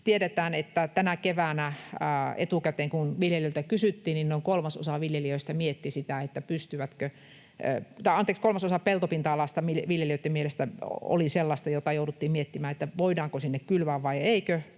tiedetään, että kun tänä keväänä etukäteen viljelijöiltä kysyttiin, niin noin kolmasosa peltopinta-alasta viljelijöitten mielestä oli sellaista, josta jouduttiin miettimään, voidaanko sinne kylvää vai eikö,